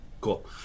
Cool